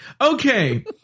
Okay